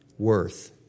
Worth